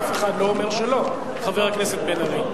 אף אחד לא אומר שלא, חבר הכנסת בן-ארי.